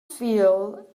feel